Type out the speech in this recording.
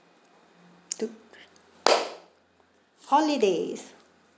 two three holidays